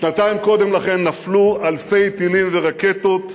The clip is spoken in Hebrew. שנתיים קודם לכן נפלו אלפי טילים ורקטות,